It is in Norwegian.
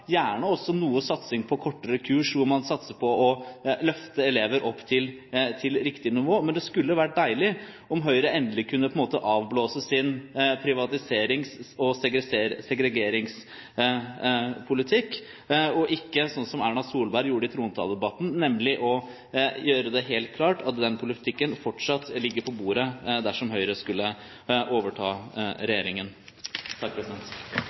gjerne også noe satsing på kortere kurs hvor man satser på å løfte elever opp til riktig nivå. Men det hadde vært deilig om Høyre endelig kunne avblåse sin privatiserings- og segregeringspolitikk og ikke, sånn som Erna Solberg gjorde i trontaledebatten, å gjøre det helt klart at den politikken fortsatt ligger på bordet dersom Høyre skulle overta